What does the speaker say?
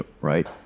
right